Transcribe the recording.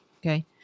okay